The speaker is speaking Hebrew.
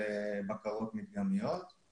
לקראת הדיון היום ניסיתי לעשות איזושהי